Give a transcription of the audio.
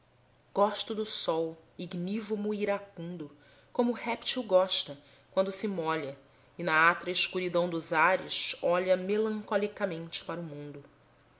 gosto do sol ignívomo e iracundo como o réptil gosta quando se molha e na atra escuridão dos ares olha melancolicamente para o mundo